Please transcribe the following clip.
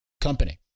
company